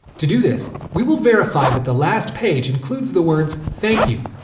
to do this, we will verify that the last page includes the words thank you.